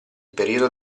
periodo